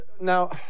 now